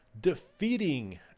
defeating